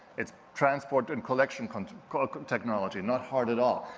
it's transport and collection kind of technology. and not hard at all.